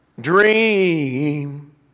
Dream